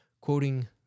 quoting